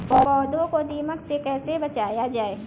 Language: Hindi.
पौधों को दीमक से कैसे बचाया जाय?